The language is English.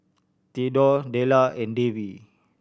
Thedore Della and Davie